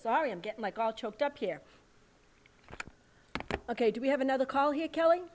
sorry i'm like all choked up here ok do we have another call here telling